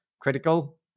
critical